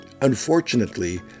Unfortunately